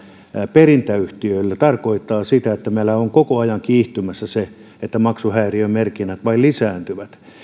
perintäyhtiöille tarkoittaa sitä että meillä on koko ajan kiihtymässä se että maksuhäiriömerkinnät vain lisääntyvät